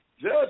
Judge